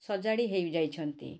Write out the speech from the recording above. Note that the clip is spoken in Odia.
ସଜାଡ଼ି ହୋଇଯାଇଛନ୍ତି